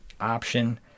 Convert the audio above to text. option